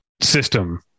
system